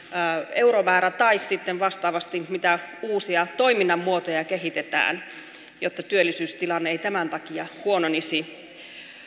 euromäärä tai sitten vastaavasti mitä uusia toiminnan muotoja kehitetään jotta työllisyystilanne ei tämän takia huononisi